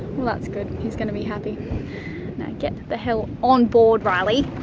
well that's good he's going to be happy. now get the hell on board riley,